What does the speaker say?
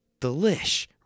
delish